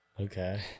Okay